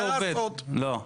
לא,